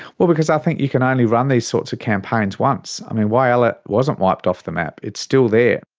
well because i think you can only run these sorts of campaigns once. i mean whyalla wasn't wiped off the map, it's still there.